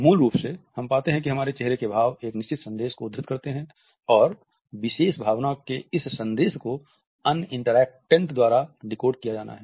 मूल रूप से हम पाते हैं कि हमारे चेहरे के भाव एक निश्चित संदेश को उद्धृत करते हैं और विशेष भावना के इस संदेश को अन्य इंटरैक्टेंट द्वारा डिकोड किया जाना है